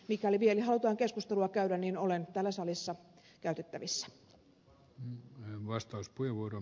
mikäli vielä halutaan keskustelua käydä niin olen täällä salissa käytettävissä